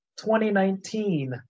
2019